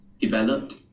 developed